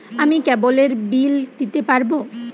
আমি কেবলের বিল দিতে পারবো?